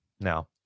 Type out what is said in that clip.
now